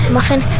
Muffin